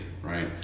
Right